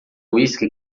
uísque